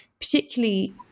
particularly